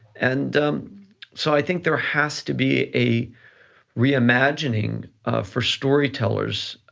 and so i think there has to be a re-imagining for storytellers